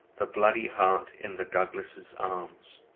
the bloody heart in the douglas' arms,